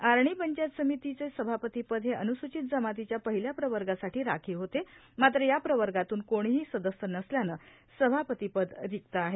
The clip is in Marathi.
आर्णी पंचायत समितीचे सभापती पद हे अनुसूचित जमातीच्या महिला प्रवर्गासाठी राखीव होते मात्र या प्रवर्गातून कोणीही सदस्य नसल्याने सभापती पद रिक्त आहे